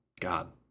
God